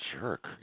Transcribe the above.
jerk